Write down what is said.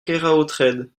keraotred